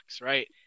right